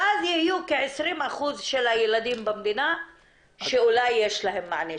ואז יהיו כ-20% של הילדים במדינה שאולי יש להם מענה,